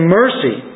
mercy